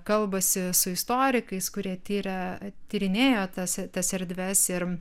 kalbasi su istorikais kurie tiria tyrinėjo tas tas erdves ir